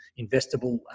investable